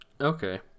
okay